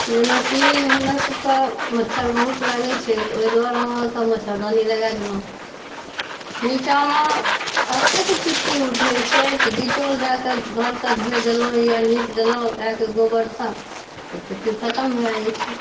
जेनाकि हमरा सबके मच्छर बहुत लागै छै तऽ ओहि दुआरे मच्छरदानी लगाए देलहुॅं नीचाँमे ततेक चुट्टी उठै छै डिटोल दए कऽ घरकेँ धो देलहुॅं या नीप देलहुॅं गायके गोबरसँ तऽ ओ चुट्टी खतम भए जाइ छै